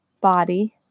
body